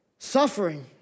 Suffering